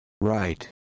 right